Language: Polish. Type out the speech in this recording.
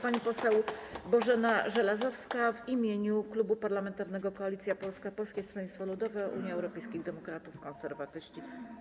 Pani poseł Bożena Żelazowska w imieniu Klubu Parlamentarnego Koalicja Polska - Polskie Stronnictwo Ludowe, Unia Europejskich Demokratów, Konserwatyści.